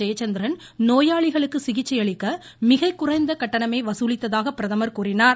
ஜெயச்சந்திரன் நோயாளிகளுக்கு சிகிச்சையளிக்க மிகக்குறைந்த கட்டணமே வசூலித்ததாக பிரதமர் கூறினார்